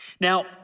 Now